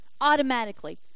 automatically